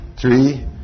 three